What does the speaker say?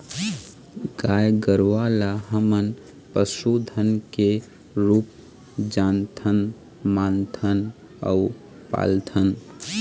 गाय गरूवा ल हमन पशु धन के रुप जानथन, मानथन अउ पालथन